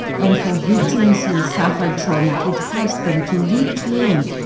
and for victims who suffered trauma it helps them to reclaim,